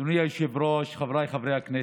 אדוני היושב-ראש, חבריי חברי הכנסת,